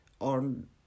on